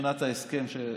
מבחינת הסכם השלום.